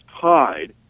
tied